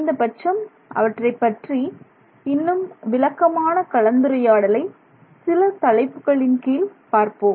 குறைந்தபட்சம் அவற்றைப் பற்றி இன்னும் விளக்கமான கலந்துரையாடலை சில தலைப்புகளின் கீழ் பார்ப்போம்